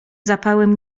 zapałem